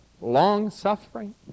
long-suffering